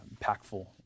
impactful